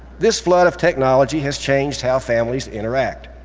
this flood of technology has changed how families interact.